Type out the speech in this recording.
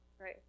Right